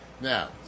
Now